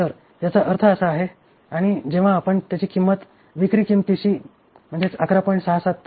तर याचा अर्थ असा आहे आणि जेव्हा आपण त्याची किंमत विक्री किंमतीशी 11